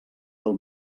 del